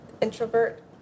introvert